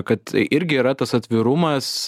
kad irgi yra tas atvirumas